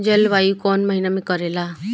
जलवायु कौन महीना में करेला?